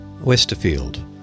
Westerfield